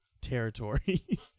territory